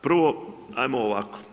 Prvo, ajmo ovako.